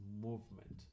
movement